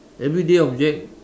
everyday object